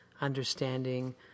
understanding